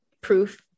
proof